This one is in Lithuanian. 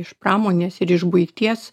iš pramonės ir iš buities